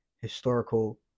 historical